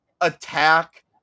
attack